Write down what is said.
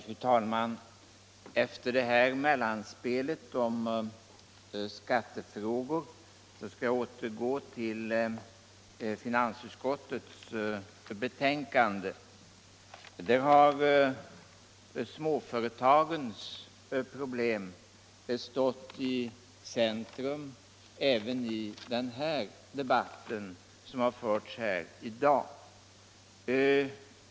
Fru talman! Efter det här mellanspelet om skattefrågor skall jag återgå till finansutskottets betänkande. Småföretagens problem har stått i centrum också i dagens debatt.